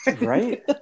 Right